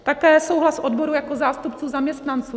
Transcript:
Také souhlas odborů jako zástupců zaměstnanců.